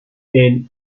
end